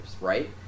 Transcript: right